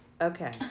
okay